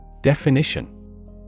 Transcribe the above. Definition